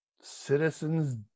citizens